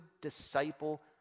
disciple